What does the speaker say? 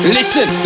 Listen